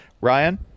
Ryan